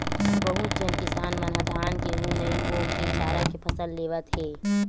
बहुत झन किसान मन ह धान, गहूँ नइ बो के चारा के फसल लेवत हे